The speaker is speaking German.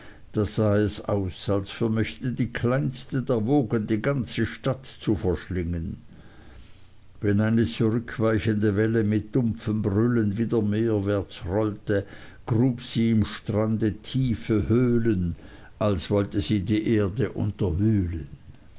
sah es aus als vermöchte die kleinste der wogen die ganze stadt zu verschlingen wenn eine zurückweichende welle mit dumpfem brüllen wieder meerwärts rollte grub sie am strande tiefe höhlen als wollte sie die erde unterwühlen